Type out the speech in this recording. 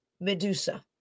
Medusa